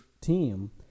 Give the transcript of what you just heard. team